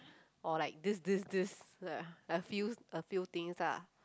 or like this this this a few a few things lah